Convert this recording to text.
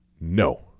No